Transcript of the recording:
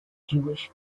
jewish